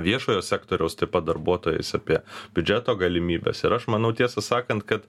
viešojo sektoriaus taip pat darbuotojais apie biudžeto galimybes ir aš manau tiesą sakant kad